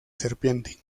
serpiente